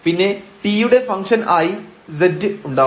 പിന്നെ t യുടെ ഫംഗ്ഷൻആയി z ഉണ്ടാവും